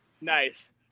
nice